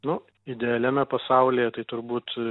nu idealiame pasaulyje tai turbūt